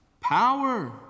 power